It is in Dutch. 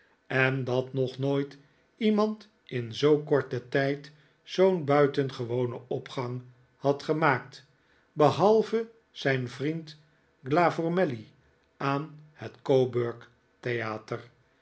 en dat nog nooit iemand in zoo korten tijd zoo'n buitengewonen opgang had gemaakt behalve zijn vriend glavormelly aan het